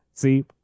See